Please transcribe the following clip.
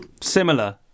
similar